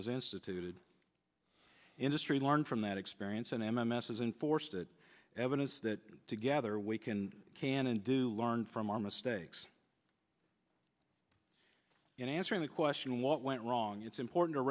was instituted industry learn from that experience and m m s is enforced evidence that together we can can and do learn from our mistakes in answering the question what went wrong it's important to